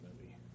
movie